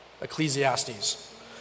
Ecclesiastes